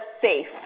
safe